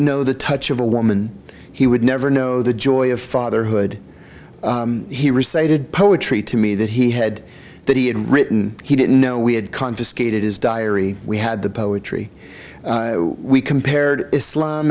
know the touch of a woman he would never know the joy of fatherhood he recited poetry to me that he had that he had written he didn't know we had confiscated his diary we had the poetry we compared islam